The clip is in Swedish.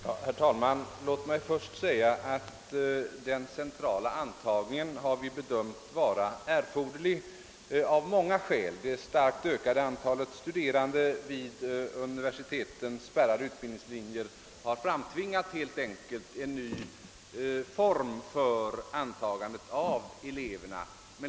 Herr talman! Låt mig först säga att vi har bedömt den centrala antagningen av elever vara erforderlig av många skäl. Det starkt ökade antalet studerande vid universitetens spärrade utbildningslinjer har helt enkelt framtvingat en ny form för antagande av eleverna.